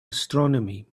astronomy